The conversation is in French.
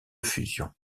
fusion